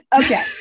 okay